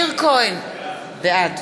מאיר כהן, בעד